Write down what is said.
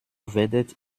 werdet